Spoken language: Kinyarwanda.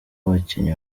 abakinnyi